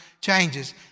changes